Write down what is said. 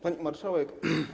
Pani Marszałek!